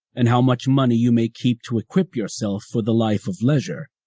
and how much money you may keep to equip yourself for the life of leisure,